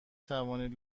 توانید